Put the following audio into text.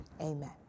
amen